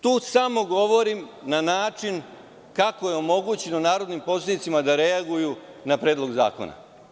To samo govorim na način kako je omogućeno narodnim poslanicima da reaguju na Predlog zakona.